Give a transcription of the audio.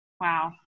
Wow